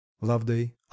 Loveday